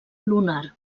lunar